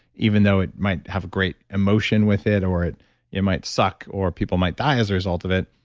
even though it might have great emotion with it or it it might suck or people might die as a result of it,